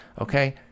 okay